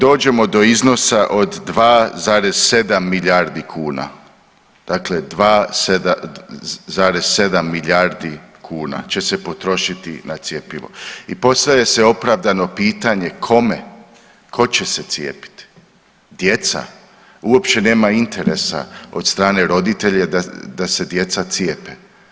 To dođemo do iznosa od 2,7 milijardi kuna, dakle 2,7 milijardi kuna će se potrošiti na cjepivo i postavlja se opravdano pitanje kome, ko će se cijepiti, djeca, uopće nema interesa od strane roditelja da se djeca cijepe.